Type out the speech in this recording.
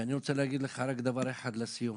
ואני רוצה רק להגיד לך דבר אחד לסיום,